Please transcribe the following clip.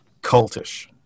cultish